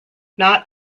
not